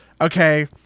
okay